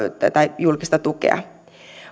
tätä julkista tukea